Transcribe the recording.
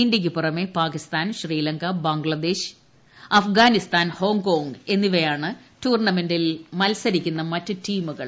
ഇന്ത്യയ്ക്കു പുറമെ പാകിസ്ഥാൻ ശ്രീലങ്ക ബംഗ്ലാദേശ് അഫ്ഗാനിസ്ഥാൻ ഹോങ്കോങ് എന്നിവരാണ് ടൂർണമെന്റിൽ മത്സരിക്കുന്ന മറ്റ് ടീമുകൾ